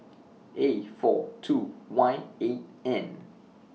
A four two Y eight N